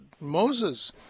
Moses